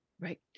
Right